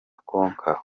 konka